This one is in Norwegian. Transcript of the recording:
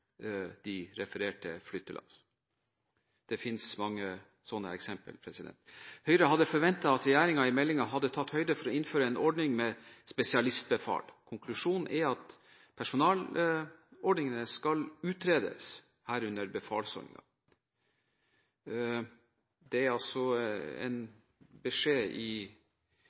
de økonomiske merkostnadene som oppstår når personell ikke velger å bli med på flyttelassene. Det finnes mange slike eksempler. Høyre hadde forventet at regjeringen i meldingen hadde tatt høyde for å innføre en ordning med spesialistbefal. Konklusjonen er at personalordningene skal utredes, herunder befalsordningen. Det er altså i